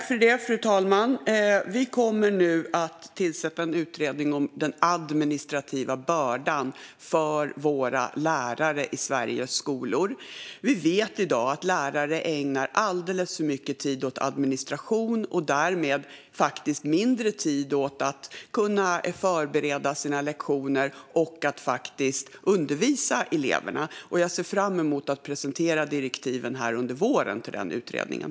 Fru talman! Vi kommer nu att tillsätta en utredning om den administrativa bördan för våra lärare i Sveriges skolor. Vi vet i dag att lärare ägnar alldeles för mycket tid åt administration och därmed mindre tid åt att förbereda sina lektioner och undervisa eleverna. Jag ser fram emot att under våren presentera direktiven för den utredningen.